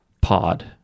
pod